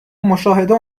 مشاهده